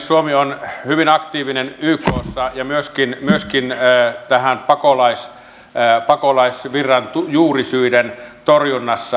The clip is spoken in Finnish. suomi on hyvin aktiivinen ykssa ja myöskin pakolaisvirran juurisyiden torjunnassa